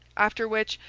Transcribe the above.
after which,